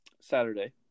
saturday